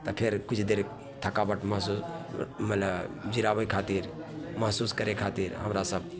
तऽ फेर किछु देर थकावट महसूस मानि ले जिराबै खातिर महसूस करै खातिर हमरासभ